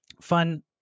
Fun